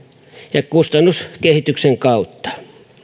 ja kustannuskehityksen kautta